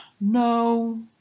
no